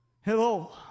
Hello